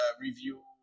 review